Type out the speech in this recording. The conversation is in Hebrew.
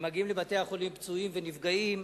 מגיעים לבתי-החולים פצועים ונפגעים,